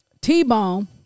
t-bone